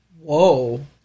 Whoa